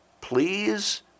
please